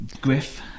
Griff